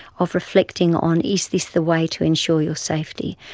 of reflecting on is this the way to ensure your safety?